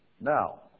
Now